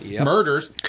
murders